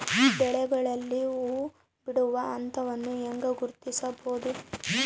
ಬೆಳೆಗಳಲ್ಲಿ ಹೂಬಿಡುವ ಹಂತವನ್ನು ಹೆಂಗ ಗುರ್ತಿಸಬೊದು?